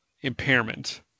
impairment